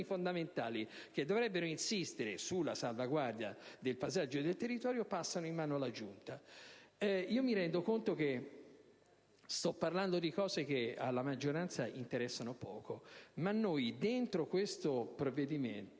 fondamentali che dovrebbero insistere sulla salvaguardia del paesaggio e del territorio passano in mano alla Giunta. Mi rendo conto che sto parlando di cose che alla maggioranza interessano poco, ma noi dentro questo provvedimento,